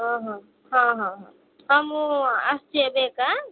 ହଁ ହଁ ହଁ ହଁ ହଁ ହଁ ମୁଁ ଆସୁଛି ଏବେ ଏକା